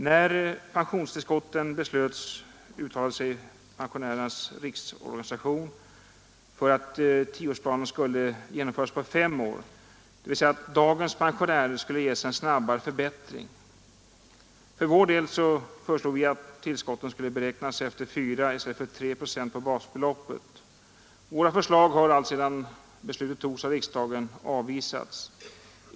När pensionstillskotten beslöts uttalade sig Pensionärernas riksorganisation för att tioårsplanen skulle genomföras på fem år, dvs. dagens pensionärer skulle ges en snabbare förbättring. För vår del föreslog vi att tillskotten skulle beräknas efter 4 i stället för 3 procent på basbeloppet. Våra förslag har alltsedan beslutet fattades av riksdagen avvisats.